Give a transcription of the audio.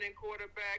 quarterback